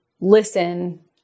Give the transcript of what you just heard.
listen